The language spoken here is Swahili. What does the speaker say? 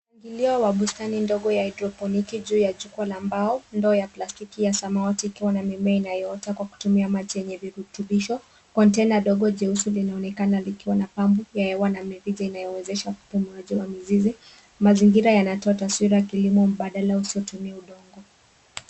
Mwingilio wa bustani ndogo ya hydroponiki juu ya jiko la mbao ndoo ya plastiki ya samawati ikiwa na mimea inayoota kwa kutumia maji yenye virutubisho kwa kontena ndogo jeusi linaonekana likiwa na pump ya hewa na mirija inayowezesha upumuaji wa mizizi mazingira yanatoa taswira ya kilimo mbadala usiotumia udongo.